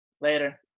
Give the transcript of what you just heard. Later